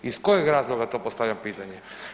Iz kojeg razloga to postavljam pitanje?